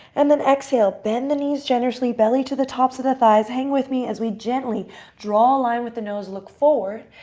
and then exhale. bend the knees generously. belly to the tops of the thighs. hang with me as we gently draw a line with the nose and look forward.